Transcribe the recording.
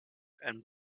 and